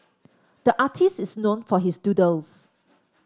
the artist is known for his doodles